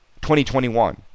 2021